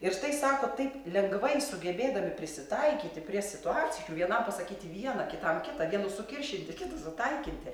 ir jis tai sako taip lengvai sugebėdami prisitaikyti prie situacijų vienam pasakyti vieną kitam kitą vienus sukiršinti kitus sutankinti